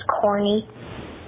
corny